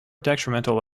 detrimental